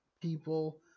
people